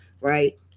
right